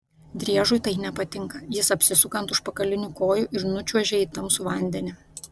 driežui tai nepatinka jis apsisuka ant užpakalinių kojų ir nučiuožia į tamsų vandenį